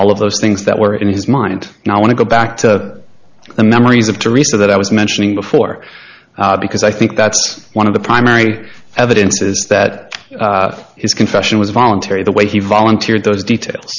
all of those things that were in his mind and i want to go back to the memories of teresa that i was mentioning before because i think that's one of the primary evidences that his confession was voluntary the way he volunteered those details